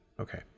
Okay